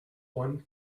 one